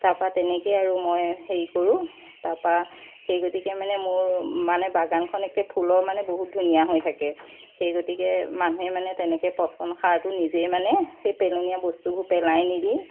তাপা তেনেকৈ আৰু মই হেৰি কৰোঁ তাপা সেই গতিকে মানে মোৰ মানে বাগানখন একে ফুলৰ মানে বহুত ধুনীয়া হৈ থাকে সেই গতিকে মানুহে মানে তেনেকৈ পচন সাৰটো নিজে মানে সেই পেলনীয়া বস্তুবোৰ পেলাই নিদি